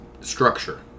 structure